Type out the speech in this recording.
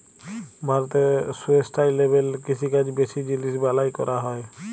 ভারতে সুস্টাইলেবেল কিষিকাজ বেশি জিলিস বালাঁয় ক্যরা হ্যয়